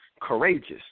Courageous